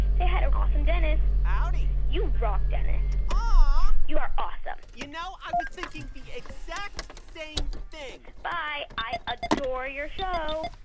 say hi to awesome dennis ah howdy you rock, dennis aww you are awesome you know, i was thinking the exact same thing bye. i adore your show